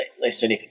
listen